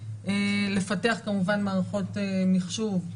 לפתח כמובן מערכות מחשוב,